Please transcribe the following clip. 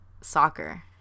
soccer